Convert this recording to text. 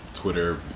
Twitter